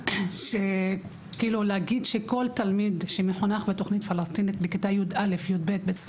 שאומרים שכל תלמיד בכיתה י"א-י"ב שמתחנך בתוכנית פלסטינית